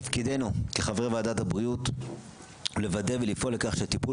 תפקידנו כחברי וועדת הבריאות לוודא ולפעול לכך שהטיפול